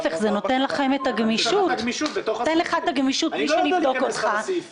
להיפך, זה נותן לכם את הגמישות בלי שנבדוק אתכם.